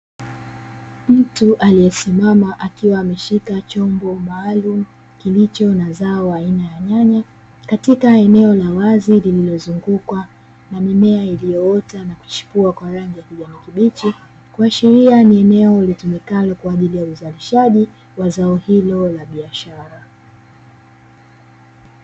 Mtu aliyesimama akiwa ameshika chombo maalumu kilicho na zao aina ya nyanya, katika eneo la wazi lililozungukwa na mimea iliyoota na kuchipua kw arangi ya kijani kibichi. Kuashiria ni eneo litumikalo kwa ajili ya uzalishaji wa zak hilo la biashara.